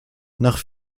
nach